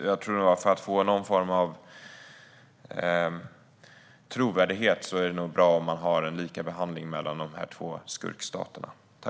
Jag tror att för att få någon form av trovärdighet är det nog bra om det sker en likabehandling av de här två skurkstaterna.